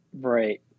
Right